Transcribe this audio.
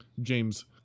james